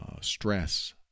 stress